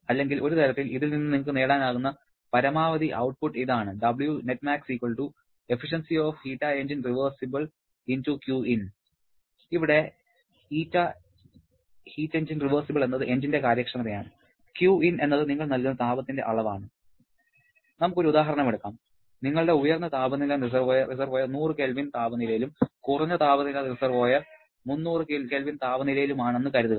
അല്ലെങ്കിൽ ഒരു തരത്തിൽ ഇതിൽ നിന്ന് നിങ്ങൾക്ക് നേടാനാകുന്ന പരമാവധി ഔട്ട്പുട്ട് ഇതാണ് ഇവിടെ ηHErev എന്നത് എഞ്ചിന്റെ കാര്യക്ഷമതയാണ് Qin എന്നത് നിങ്ങൾ നൽകുന്ന താപത്തിന്റെ അളവാണ് നമുക്ക് ഒരു ഉദാഹരണം എടുക്കാം നിങ്ങളുടെ ഉയർന്ന താപനില റിസർവോയർ 1000 K താപനിലയിലും കുറഞ്ഞ താപനില റിസർവോയർ 300 K താപനിലയിലുമാണെന്ന് കരുതുക